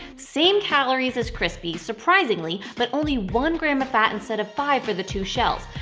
same calories as crispy, surprisingly, but only one gram of fat instead of five for the two shells.